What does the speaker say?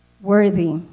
worthy